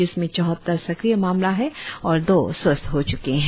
जिसमें चौहत्तर सक्रिय मामला है और दो स्वस्थ हो चुके है